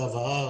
גב ההר,